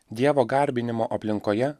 dievo garbinimo aplinkoje